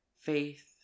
Faith